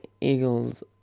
eagles